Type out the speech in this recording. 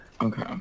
Okay